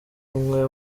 umwe